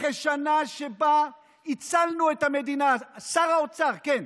אחרי שנה שבה הצלנו את המדינה, שר האוצר, כן,